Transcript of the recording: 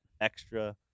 extra